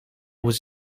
was